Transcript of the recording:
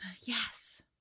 Yes